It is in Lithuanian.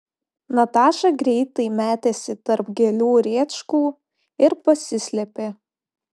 nataša greitai metėsi tarp gėlių rėčkų ir pasislėpė